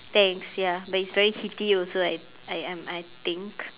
thanks ya but it's very heaty also I I I I think